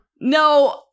No